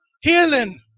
Healing